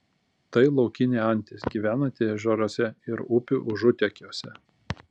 tai laukinė antis gyvenanti ežeruose ir upių užutėkiuose